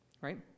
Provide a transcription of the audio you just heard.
right